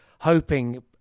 hoping